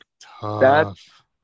tough